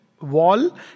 Wall